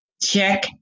check